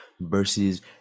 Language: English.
versus